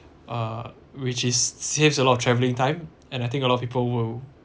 uh which is saves a lot of travelling time and I think a lot of people will